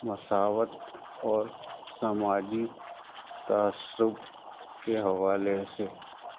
مساوات اور سماجی تعصب کے حوالے سے